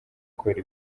kubera